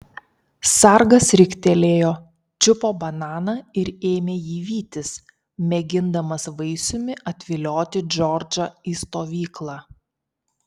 sargas riktelėjo čiupo bananą ir ėmė jį vytis mėgindamas vaisiumi atvilioti džordžą į stovyklą